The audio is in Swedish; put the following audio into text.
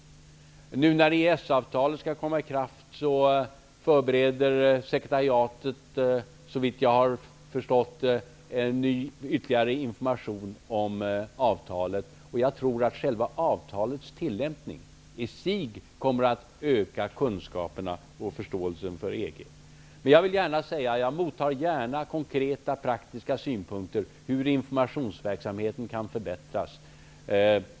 Inför EES-avtalets ikraftträdande förbereder sekretariatet -- såvitt jag har förstått -- ytterligare information om avtalet. Jag tror också att själva avtalets tillämpning i sig kommer att öka kunskaperna om och förståelsen för EG. Jag tar gärna emot konkreta, praktiska synpunkter på hur informationsverksamheten kan förbättras.